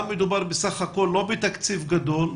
גם מדובר בסך הכול לא בתקציב גדול,